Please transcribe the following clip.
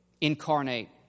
incarnate